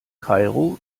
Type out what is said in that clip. kairo